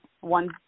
One